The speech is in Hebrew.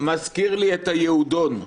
מזכיר לי את היהודון";.